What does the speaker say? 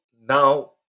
now